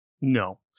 No